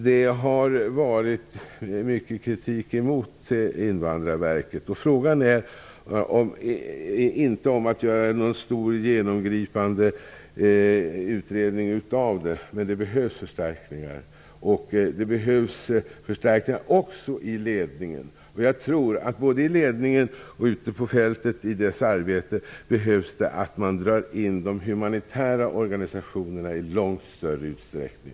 Det har riktats mycket kritik mot Invandrarverket. Det är inte fråga om att göra någon stor och genomgripande utredning, men det behövs förstärkningar, också i ledningen. Jag tror att det både i ledningen och i arbetet ute på fältet är nödvändigt att dra in de humanitära organisationerna i långt större utsträckning.